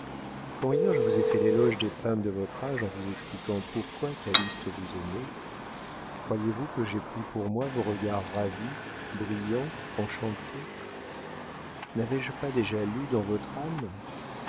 quand hier je vous ai fait l'éloge des femmes de votre âge en vous expliquant pourquoi calyste vous aimait croyez-vous que j'aie pris pour moi vos regards ravis brillants enchantés n'avais-je pas déjà lu dans votre âme